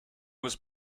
was